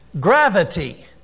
gravity